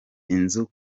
inzu